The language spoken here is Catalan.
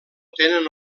tenen